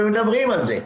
ומדברים על זה,